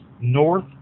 north